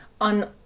on